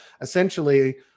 essentially